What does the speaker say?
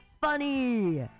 funny